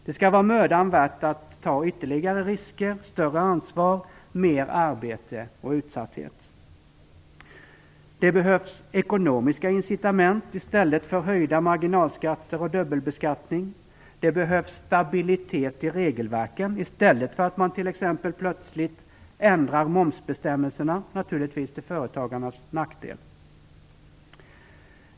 Det skall vara mödan värt att ta ytterligare risker och större ansvar samt vara värt att acceptera mer arbete och större utsatthet. Det behövs ekonomiska incitament i stället för höjda marginalskatter och dubbelbeskattning. Det behövs stabilitet i regelverken i stället för plötsliga ändringar i momsbestämmelserna, som naturligtvis är till företagarnas nackdel.